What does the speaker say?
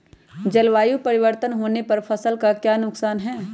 जलवायु परिवर्तन होने पर फसल का क्या नुकसान है?